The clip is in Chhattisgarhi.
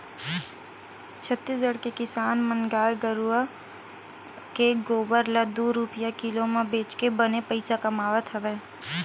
छत्तीसगढ़ के किसान मन गाय गरूवय के गोबर ल दू रूपिया किलो म बेचके बने पइसा कमावत हवय